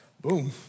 boom